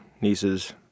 nieces